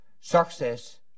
Success